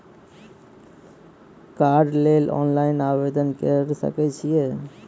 कार्डक लेल ऑनलाइन आवेदन के सकै छियै की?